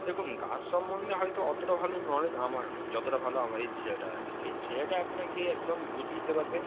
দেখুন গাছ সম্বন্ধে হয়তো অতটা ভালো নলেজ আমারও নেই যতটা ভালো আমার এই ছেলেটার আছে এই ছেলেটা আপনাকে একদম বুঝিয়ে দিতে পারবে